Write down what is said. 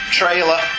trailer